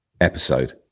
episode